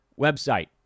website